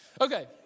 Okay